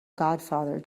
godfather